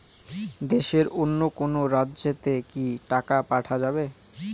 দেশের অন্য কোনো রাজ্য তে কি টাকা পাঠা যাবে?